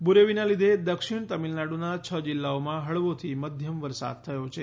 બુરેવીના લીધે દક્ષિણ તામિલનાડુના છ જિલ્લાઓમાં હળવોથી મધ્યમ વરસાદ થયો છે